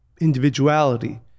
individuality